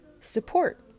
support